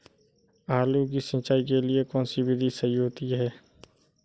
आलू की सिंचाई के लिए कौन सी विधि सही होती है?